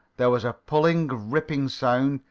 there was a pulling, ripping sound,